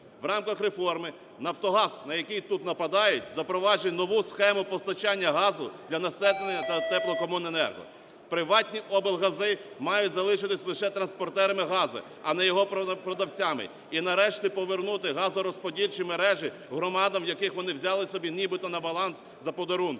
В рамках реформи "Нафтогаз", на який тут нападають, запроваджує нову схему постачання газу для населення та теплокомуненерго. Приватні облгази мають залишитись лише транспортерами газу, а не його продавцями і нарешті повернути газорозподільчі мережі громадам, у яких вони взяли собі нібито на баланс за подарунки.